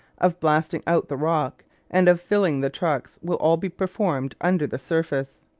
of blasting out the rock and of filling the trucks, will all be performed under the surface.